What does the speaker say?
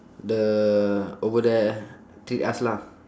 the over there treat us lah